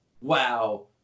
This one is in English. wow